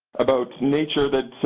about nature that so